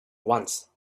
once